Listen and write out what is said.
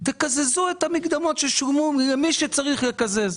תקזזו את המקדמות ששולמו למי שצריך לקזז.